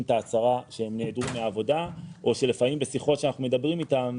את ההצהרה שהם נעדרו מהעבודה או שלפעמים בשיחות שאנחנו מדברים איתם